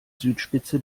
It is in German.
südspitze